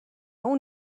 اون